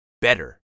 better